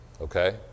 okay